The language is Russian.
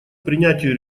принятию